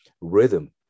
rhythm